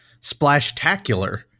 Splashtacular